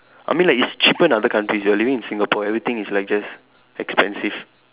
I mean like it's cheaper in other countries you're living in Singapore everything is like just expensive